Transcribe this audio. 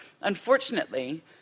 unfortunately